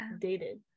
dated